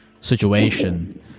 situation